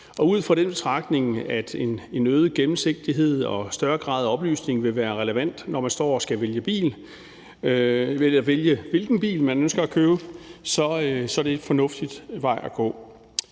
Ud fra den betragtning, at en øget gennemsigtighed og større grad af oplysning vil være relevant, når man står og skal vælge, hvilken bil man ønsker at købe, så er det en fornuftig vej at gå.